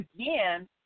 again